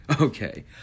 okay